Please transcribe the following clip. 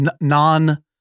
non-